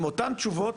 עם אותם תשובות,